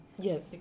Yes